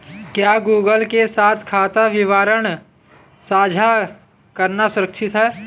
क्या गूगल के साथ खाता विवरण साझा करना सुरक्षित है?